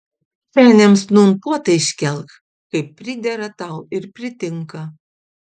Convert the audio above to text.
seniams nūn puotą iškelk kaip pridera tau ir pritinka